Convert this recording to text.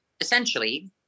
essentially